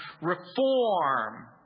reform